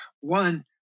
One